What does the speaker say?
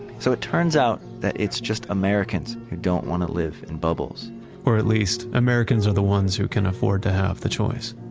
so it turns out that it's just americans who don't want to live in bubbles or at least americans are the ones who can afford to have the choice